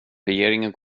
regeringen